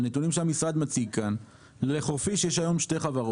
הנתונים שהמשרד מציג כאן מראים שלחורפיש יש היום שתי חברות.